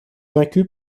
vaincu